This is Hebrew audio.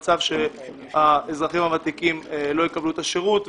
אחרת נהיה במצב שהאזרחים הוותיקים לא יקבלו את השירות,